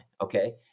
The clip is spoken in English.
Okay